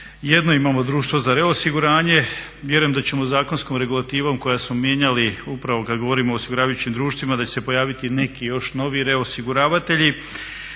Jedno imamo društvo za reosiguranje. Vjerujem da ćemo zakonskom regulativom koja smo mijenjali upravo kad govorimo o osiguravajućim društvima da će se pojaviti neki još novi reosiguravatelji.